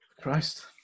Christ